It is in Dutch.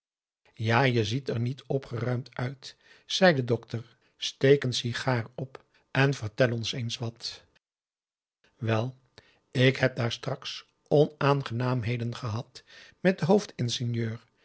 ja je ziet er niet opgeruimd uit zei de dokter steek een sigaar op en vertel ons eens wat wel ik heb daar straks onaangenaamheden gehad met den